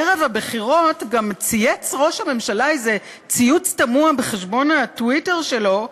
ערב הבחירות גם צייץ ראש הממשלה איזה ציוץ תמוה בחשבון הטוויטר שלו,